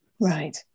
Right